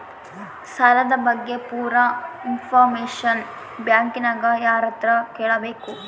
ಸಾಲದ ಬಗ್ಗೆ ಪೂರ ಇಂಫಾರ್ಮೇಷನ ಬ್ಯಾಂಕಿನ್ಯಾಗ ಯಾರತ್ರ ಕೇಳಬೇಕು?